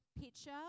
picture